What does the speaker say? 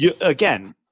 Again